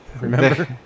Remember